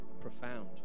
profound